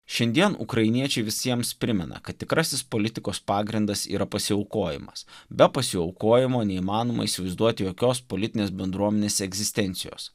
šiandien ukrainiečiai visiems primena kad tikrasis politikos pagrindas yra pasiaukojimas be pasiaukojimo neįmanoma įsivaizduoti jokios politinės bendruomenės egzistencijos